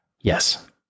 Yes